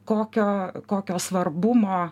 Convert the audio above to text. kokio kokio svarbumo